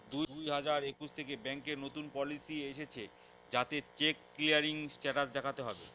দুই হাজার একুশ থেকে ব্যাঙ্কে নতুন পলিসি এসেছে যাতে চেক ক্লিয়ারিং স্টেটাস দেখাতে হবে